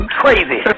crazy